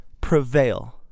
Prevail